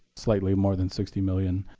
slightly more than sixty million